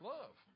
love